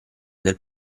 del